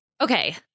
Okay